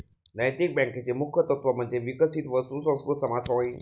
नैतिक बँकेचे मुख्य तत्त्व म्हणजे विकसित व सुसंस्कृत समाज होय